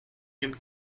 dem